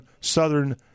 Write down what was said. southern